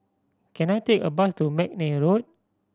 can I take a bus to McNair Road